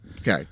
Okay